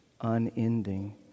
unending